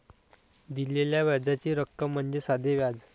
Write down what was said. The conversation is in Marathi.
दिलेल्या व्याजाची रक्कम म्हणजे साधे व्याज